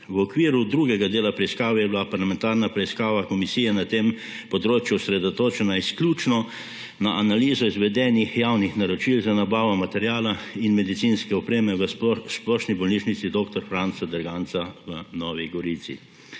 V okviru drugega dela preiskave je bila parlamentarna preiskava komisije na tem področju osredotočena izključno na analizo izvedenih javnih naročil za nabavo materiala in medicinske opreme v Splošni bolnišnici dr. Franca Derganca v Novi Gorici.